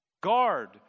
Guard